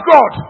God